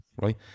right